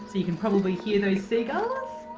you can probably hear those seagulls.